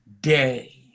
day